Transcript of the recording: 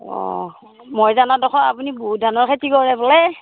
অঁ মই জনাত দেখোন আপুনি বহুত ধানৰ খেতি কৰে বোলে